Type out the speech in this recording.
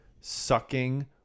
sucking